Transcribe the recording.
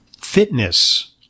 fitness